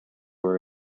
were